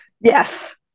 Yes